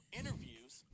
interviews